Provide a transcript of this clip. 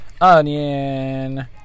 onion